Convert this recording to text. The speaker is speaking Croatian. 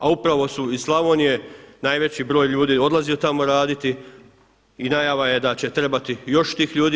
A upravo su iz Slavonije najveći broj ljudi odlazi od tamo raditi i najava je da će trebati još tih ljudi.